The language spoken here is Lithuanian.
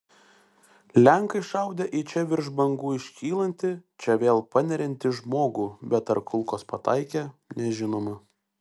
lenkai šaudę į čia virš bangų iškylantį čia vėl paneriantį žmogų bet ar kulkos pataikė nežinoma